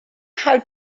how